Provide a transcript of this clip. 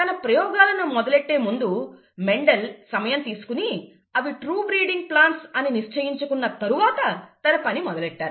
తన ప్రయోగాలను మొదలెట్టే ముందు మెండల్ సమయం తీసుకొని అవి ట్రూ బ్రీడింగ్ ప్లాంట్స్ అని నిశ్చయించుకున్న తరువాత తన పని మొదలు పెట్టారు